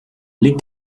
liegt